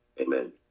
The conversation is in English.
Amen